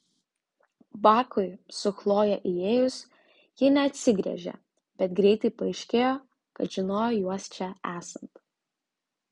bakui su chloje įėjus ji neatsigręžė bet greitai paaiškėjo kad žinojo juos čia esant